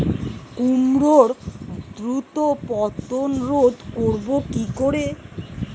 কুমড়োর দ্রুত পতন রোধ করব কি করে?